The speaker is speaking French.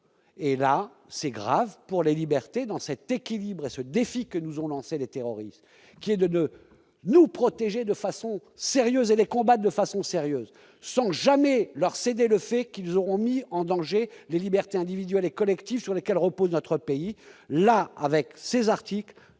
et là c'est grave pour les libertés dans cet équilibre et ce défi que nous avons lancé les terroristes qui est de nous protéger de façon sérieuse et les combats de façon sérieuse, sans jamais leur céder le fait qu'ils auront mis en danger les libertés individuelles et collectives sur lesquelles repose notre pays là avec ses articles